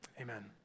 amen